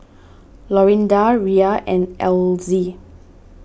Lorinda Rhea and Elzie